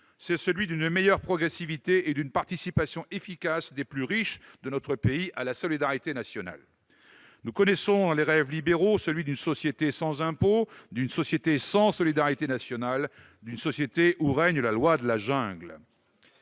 c'est celle d'une meilleure progressivité et d'une participation efficace des habitants les plus riches de notre pays à la solidarité nationale. Nous connaissons le rêve libéral : celui d'une société sans impôt, d'une société sans solidarité nationale, d'une société où règne la loi de la jungle